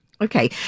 Okay